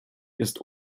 ist